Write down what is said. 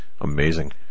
amazing